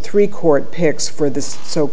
three court picks for this so